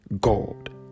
God